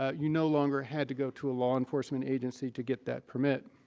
ah you no longer had to go to a law enforcement agency to get that permit.